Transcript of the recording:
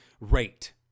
rate